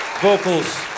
vocals